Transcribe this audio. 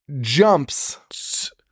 jumps